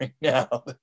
now